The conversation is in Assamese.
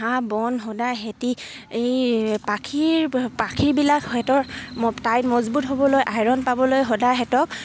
ঘাঁহ বন সদায় সিহঁতি পাখীৰ পাখীবিলাক সিহঁতৰ টাইত মজবুত হ'বলৈ আইৰণ পাবলৈ সদায় সিহঁতক